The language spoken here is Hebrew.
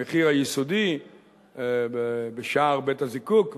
המחיר היסודי בשער בית-הזיקוק,